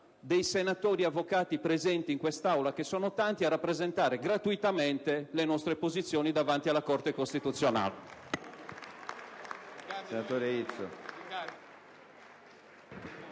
dei senatori avvocati presenti in quest'Aula, che sono tanti, a rappresentare gratuitamente le nostre posizioni davanti alla Corte costituzionale.